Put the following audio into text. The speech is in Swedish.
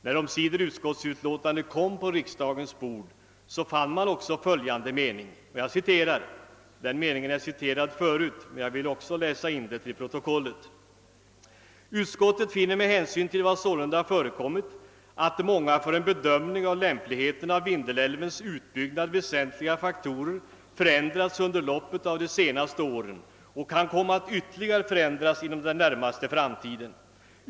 När omsider utskotts utlåtandet kom på riksdagens bord, fann man också en passus vilken tidigare är citerad men som även jag vill läsa in till protokollet: »Utskottet finner med hänsyn till vad sålunda förekommit att många för en bedömning av lämpligheten av Vindelälvens utbyggnad väsentliga faktorer förändrats under loppet av de senaste åren och kan komma att ytterligare förändras inom den närmaste framtiden.